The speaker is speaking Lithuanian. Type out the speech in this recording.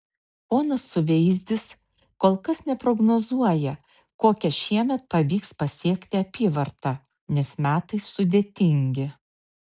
ponas suveizdis kol kas neprognozuoja kokią šiemet pavyks pasiekti apyvartą nes metai sudėtingi